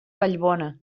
vallbona